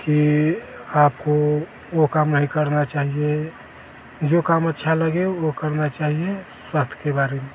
कि आपको वो काम नहीं करना चाहिए जो काम अच्छा लगा वो करना चाहिए स्वास्थ्य के बारे में